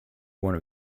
one